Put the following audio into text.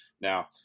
Now